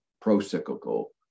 pro-cyclical